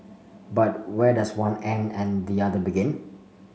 but where does one end and the other begin